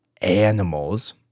animals